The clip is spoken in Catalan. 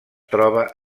troba